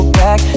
back